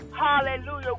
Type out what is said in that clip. Hallelujah